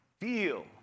feel